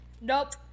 nope